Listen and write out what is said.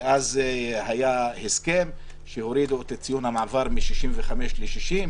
אז היה הסכם שהורידו את ציון המעבר מ-65 ל-60,